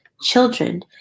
children